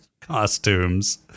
costumes